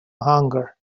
hunger